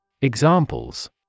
Examples